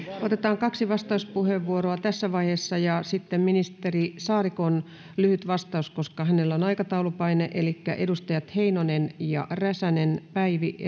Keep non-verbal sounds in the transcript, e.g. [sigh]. otetaan kaksi vastauspuheenvuoroa tässä vaiheessa ja sitten ministeri saarikon lyhyt vastaus koska hänellä on aikataulupaine elikkä edustajat heinonen ja räsänen päivi [unintelligible]